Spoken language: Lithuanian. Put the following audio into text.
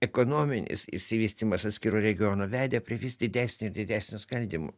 ekonominis išsivystymas atskirų regionų vedė prie vis didesnio ir didesnio skaldymo